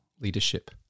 leadership